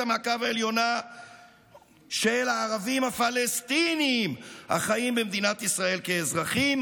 המעקב העליונה של הערבים הפלסטינים החיים במדינת ישראל כאזרחים